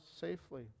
safely